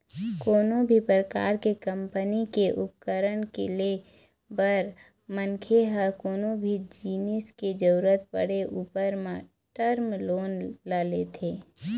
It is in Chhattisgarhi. कोनो भी परकार के कंपनी के उपकरन ले बर मनखे ह कोनो भी जिनिस के जरुरत पड़े ऊपर म टर्म लोन ल लेथे